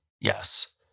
yes